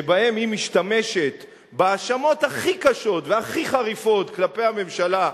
שבו היא משתמשת להאשמות הכי קשות והכי חריפות כלפי הממשלה,